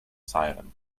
siren